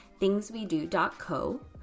thingswedo.co